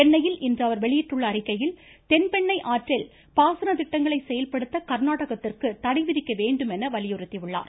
சென்னையில் இன்று அவர் வெளியிட்டுள்ள அறிக்கையில் தென்பெண்ணை ஆற்றில் பாசன திட்டங்களை செயல்படுத்த கா்நாடகத்திற்கு தடை விதிக்க வேண்டும் எனவும் வலியுறுத்தியுள்ளார்